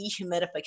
dehumidification